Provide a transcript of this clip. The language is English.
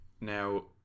Now